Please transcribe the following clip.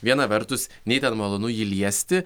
viena vertus nei ten malonu jį liesti